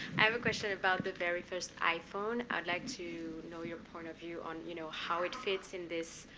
i have a question about the very first iphone. i'd like to know your point of view on you know how it fits in this